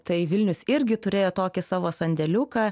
tai vilnius irgi turėjo tokį savo sandėliuką